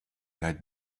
had